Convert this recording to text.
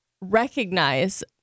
recognize